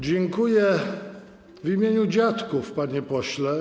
Dziękuję w imieniu dziadków, panie pośle.